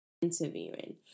interviewing